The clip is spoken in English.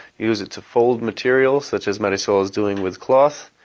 use it to fold materials, such as marisol is doing with cloth.